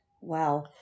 Wow